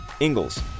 Ingalls